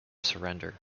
surrender